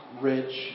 rich